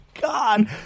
God